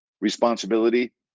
responsibility